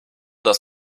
dass